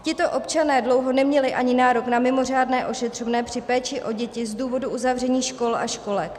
Tito občané dlouho neměli ani nárok na mimořádné ošetřovné při péči o děti z důvodu uzavření škol a školek.